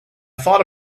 thought